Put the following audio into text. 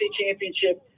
championship